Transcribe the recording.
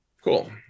cool